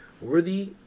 Worthy